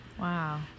Wow